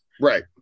Right